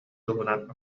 туһунан